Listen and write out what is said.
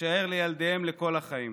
תישאר לילדיהם לכל החיים.